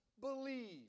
believe